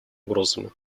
угрозами